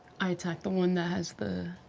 i attack the one that has the